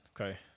Okay